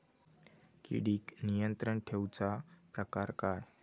किडिक नियंत्रण ठेवुचा प्रकार काय?